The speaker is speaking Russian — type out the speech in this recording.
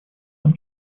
нам